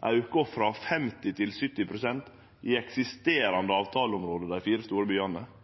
auken frå 50 pst. til 70 pst. i eksisterande avtaleområde, dei fire store byane.